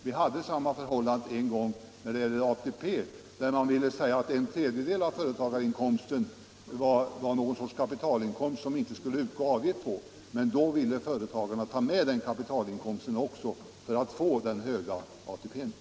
Vi hade samma förhållande beträffande ATP när detta genomfördes och man menade att en tredjedel av företagarinkomsten var någon sorts kapitalinkomst på vilken det inte skulle utgå avgift, men då ville företagarna ta med den kapitalinkomsten för att få den höga ATP-pensionen.